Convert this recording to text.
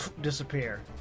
disappear